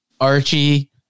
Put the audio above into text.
Archie